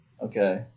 Okay